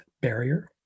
barrier